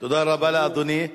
תודה רבה לאדוני.